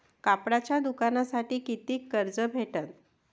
कापडाच्या दुकानासाठी कितीक कर्ज भेटन?